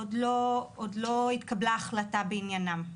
עוד לא התקבלה החלטה בעניינם.